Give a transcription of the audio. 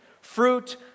fruit